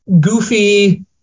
goofy